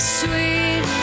sweet